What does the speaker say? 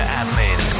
admin